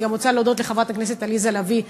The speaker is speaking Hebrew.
אני רוצה להודות גם לחברת הכנסת עליזה לביא,